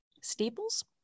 staples